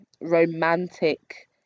romantic